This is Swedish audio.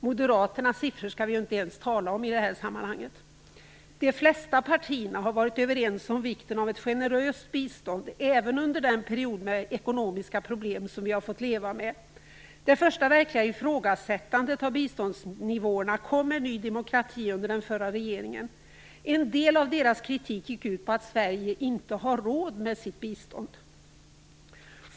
Moderaternas siffror i det här sammanhanget skall vi inte ens tala om. De flesta partierna har varit överens om vikten av ett generöst bistånd, även under den period av ekonomiska problem som vi har fått leva med. Det första verkliga ifrågasättandet av biståndsnivåerna kom med Ny demokrati under den förra regeringen. En del av deras kritik gick ut på att Sverige inte har råd med sitt bistånd.